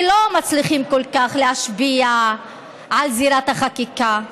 שלא מצליחים כל כך להשפיע על זירת החקיקה,